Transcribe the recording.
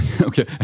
Okay